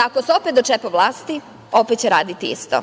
da ako se opet dočepa vlasti opet će raditi isto.